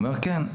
הוא אמר: כן.